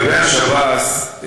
לגבי השב"ס,